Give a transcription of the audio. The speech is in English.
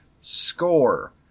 Score